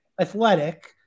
athletic